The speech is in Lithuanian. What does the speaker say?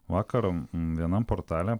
vakar vienam portale